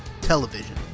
television